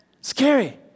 Scary